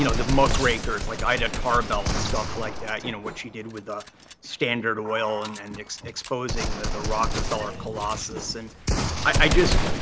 you know the muckrakers, like ida tarbell and stuff like that you know, what she did with ah standard oil and and exposing the the rockefeller colossus. and i just,